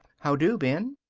how do, ben.